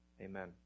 Amen